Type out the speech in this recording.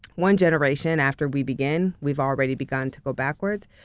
one generation after we begin we've already begun to go backwards.